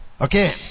Okay